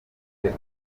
wese